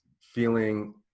feeling